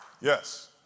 Yes